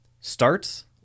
starts